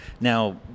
Now